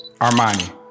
Armani